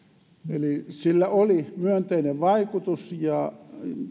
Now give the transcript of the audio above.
eli sillä oli myönteinen vaikutus ja